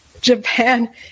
Japan